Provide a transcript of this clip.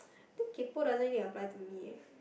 think kay-poh doesn't really apply to me eh